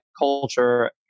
culture